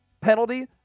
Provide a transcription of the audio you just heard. penalty